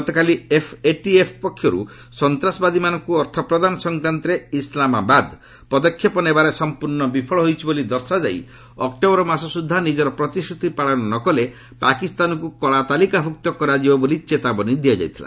ଗତକାଲି ଏଫ୍ଏଟିଏଫ୍ ପକ୍ଷରୁ ସନ୍ତାସବାଦୀମାନଙ୍କୁ ଅର୍ଥପ୍ରଦାନ ସଂକ୍ରାନ୍ତରେ ଇସ୍ଲାମାବାଦ ପଦକ୍ଷେପ ନେବାରେ ସମ୍ପର୍ଶ୍ଣ ବିଫଳ ହୋଇଛି ବୋଲି ଦର୍ଶାଯାଇ ଅକ୍ଟୋବର ମାସ ସୁଦ୍ଧା ନିଜର ପ୍ରତିଶ୍ରତି ପାଳନ ନ କଲେ ପାକିସ୍ତାନକୁ କଳା ତାଲିକାଭୁକ୍ତ କରାଯିବ ବୋଲି ଚେତାବନୀ ଦିଆଯାଇଥିଲା